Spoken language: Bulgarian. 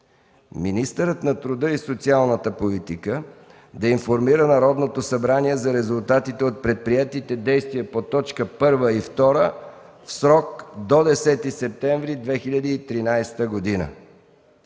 Министърът на труда и социалната политика да информира Народното събрание за резултатите от предприетите действия по т. 1 и 2 в срок до 10 септември 2013 г.”